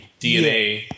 DNA